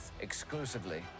exclusively